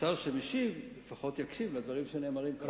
שהשר שמשיב לפחות יקשיב לדברים שנאמרים כאן.